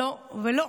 לא, לא ולא.